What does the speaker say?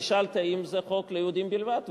נשאלתי: האם זה חוק ליהודים בלבד?